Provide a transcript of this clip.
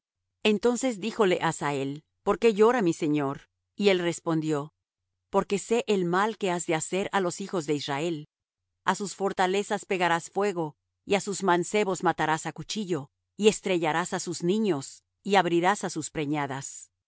varón de dios entonces díjole hazael por qué llora mi señor y él respondió porque sé el mal que has de hacer á los hijos de israel á sus fortalezas pegarás fuego y á sus mancebos matarás á cuchillo y estrellarás á sus niños y abrirás á sus preñadas